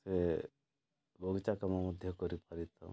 ସେ ବଗିଚା କାମ ମଧ୍ୟ କରିପାରିଥାଉ